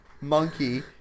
Monkey